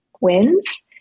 wins